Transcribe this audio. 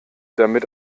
damit